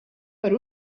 per